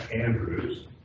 Andrews